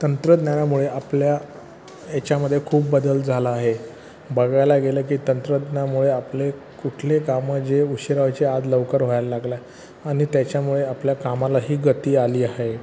तंत्रज्ञानामुळे आपल्या याच्यामध्ये खूप बदल झाला आहे बघायला गेलं की तंत्रज्ञामुळे आपले कुठले कामं जे उशिरा व्हायचे आज लवकर व्हायला लागला आहे आणि त्याच्यामुळे आपल्या कामालाही गती आली आहे